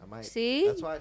See